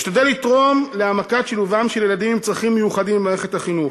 אשתדל לתרום להעמקת שילובם של ילדים עם צרכים מיוחדים במערכת החינוך.